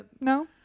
no